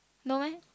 no meh